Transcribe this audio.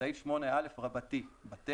סעיף 8א בטל.